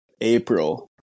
April